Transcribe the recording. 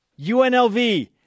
UNLV